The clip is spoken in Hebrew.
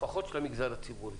לפחות במה שקשור למגזר הציבורי,